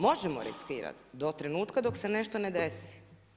Možemo riskirat do trenutka dok se nešto ne desi.